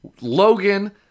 Logan